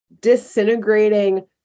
disintegrating